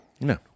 No